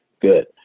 Good